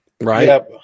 Right